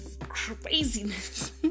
craziness